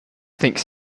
thinks